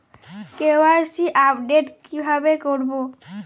KYC update কিভাবে করবো?